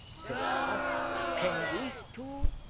so, ah can these two